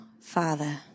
Father